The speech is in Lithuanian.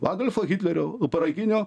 adolfo hitlerio parankinio